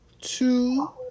two